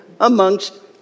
amongst